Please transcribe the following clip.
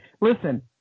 listen